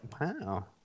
Wow